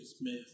Smith